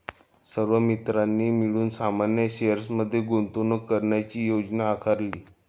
सर्व मित्रांनी मिळून सामान्य शेअर्स मध्ये गुंतवणूक करण्याची योजना आखली